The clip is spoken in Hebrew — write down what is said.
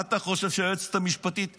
מה אתה חושב שהיועצת המשפטית עושה,